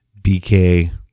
BK